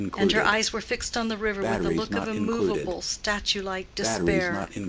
and her eyes were fixed on the river with a look of immovable, statue-like despair.